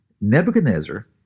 Nebuchadnezzar